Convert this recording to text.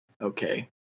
okay